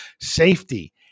Safety